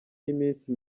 y’iminsi